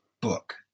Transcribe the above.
book